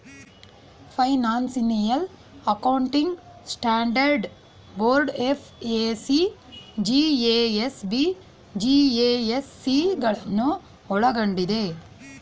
financial accounting standard board FAC, GASB, GASC ಗಳನ್ನು ಒಳ್ಗೊಂಡಿದೆ